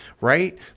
right